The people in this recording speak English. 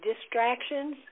distractions